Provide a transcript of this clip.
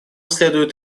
следует